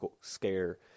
scare